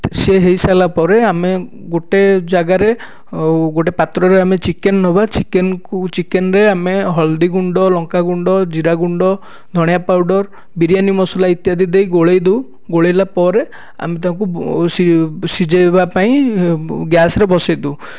ସିଏ ହୋଇ ସାରିଲା ପରେ ଆମେ ଗୋଟିଏ ଜାଗାରେ ଗୋଟିଏ ପାତ୍ରରେ ଆମେ ଚିକେନ ନେବା ଚିକେନକୁ ଚିକେନରେ ଆମେ ହଳଦିଗୁଣ୍ଡ ଲଙ୍କାଗୁଣ୍ଡ ଜିରାଗୁଣ୍ଡ ଧଣିଆ ପାଉଡ଼ର ବିରିୟାନି ମସଲା ଦେଇ ଇତ୍ୟାଦି ଗୋଳାଇ ଦଉ ଗୋଳାଇଲା ପରେ ଆମେ ତାକୁ ସିଝାଇବା ପାଇଁ ଗ୍ୟାସ୍ରେ ବସାଇ ଦେଉ